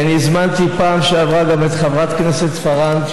כי הזמנתי בפעם שעברה את חברת הכנסת פארן,